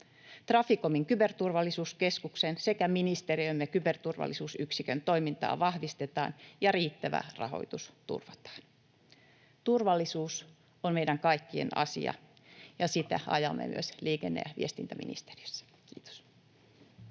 Traficomin Kyberturvallisuuskeskuksen sekä ministeriömme kyberturvallisuusyksikön toimintaa vahvistetaan ja riittävä rahoitus turvataan. Turvallisuus on meidän kaikkien asia, ja sitä ajamme myös liikenne- ja viestintäministeriössä. — Kiitos.